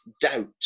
doubt